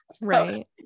right